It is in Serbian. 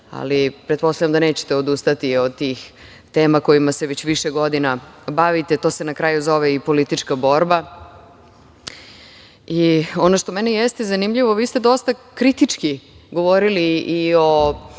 ali pretpostavljam da nećete odustati od tih tema kojima se već više godina bavite. To se na kraju zove, politička borba. Ono što meni jeste zanimljivo, vi ste dosta kritički govorili i o